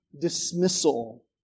dismissal